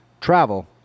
travel